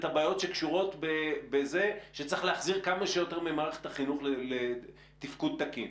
הבעיות שקשורות בזה שצריך להחזיר כמה שיותר ממערכת החינוך לתפקוד תקין.